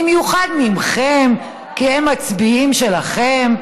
במיוחד מכם, כי הם מצביעים שלכם,